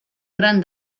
gran